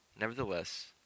Nevertheless